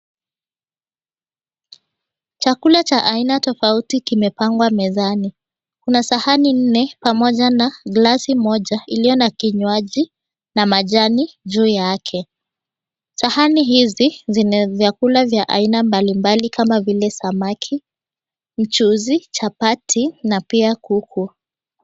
Chakula cha aina tofauti kimepangwa mezani, kuna sahani nne pamoja na glasi moja iliyo na kinywaji na majani juu yake. Sahani hizi zina vyakula mbalimbali kama vile samaki, mchuzi, chapati na pia kuku.